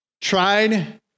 tried